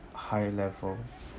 high level